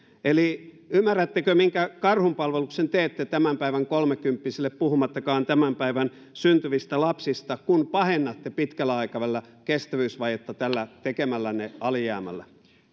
ymmärrättekö minkä karhunpalveluksen teette tämän päivän kolmekymppisille puhumattakaan tämän päivän syntyvistä lapsista kun pahennatte pitkällä aikavälillä kestävyysvajetta tällä tekemällänne alijäämällä